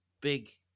big